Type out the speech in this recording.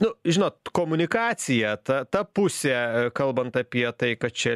nu žinot komunikacija ta ta pusė kalbant apie tai kad čia